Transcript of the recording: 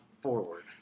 forward